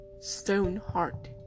Stoneheart